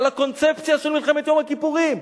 על הקונספציה של מלחמת יום הכיפורים,